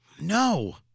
No